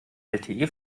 lte